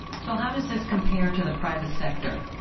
so how does this compare to the private sector?